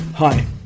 Hi